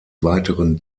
weiteren